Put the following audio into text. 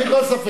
בלי כל ספק.